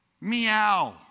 meow